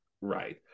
Right